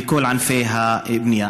בכל ענפי הבנייה.